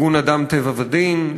ארגון "אדם טבע ודין",